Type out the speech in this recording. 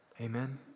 Amen